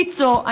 ויצו,